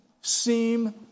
seem